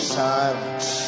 silence